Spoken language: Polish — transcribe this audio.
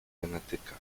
genetyka